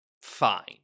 fine